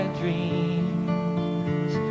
dreams